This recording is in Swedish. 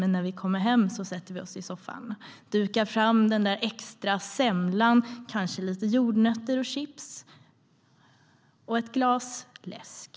Men när vi kommer hem sätter vi oss i soffan, dukar fram den extra semlan och kanske lite jordnötter och chips och ett glas läsk.